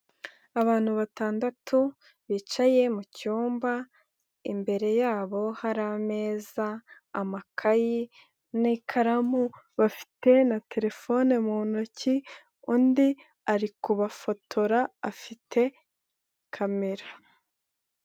Abantu batandatu bicaye mu cyumba imbere yabo hari ameza, amakayi n'ikaramu bafite na terefone mu ntoki undi ari kubafotora afite kamera.